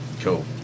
Cool